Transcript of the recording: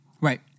right